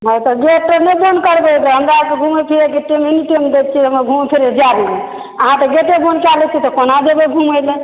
नहि तऽ गेट तेट नहि बंद करबै ग हमरा आरके घूमय फिरय के टाइम मेन टाइम रहै छै घूमय फिरय जायब अहाँ तऽ गेटे बंद कए लै छियै तऽ कोना जेबै घूमय लए